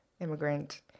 immigrant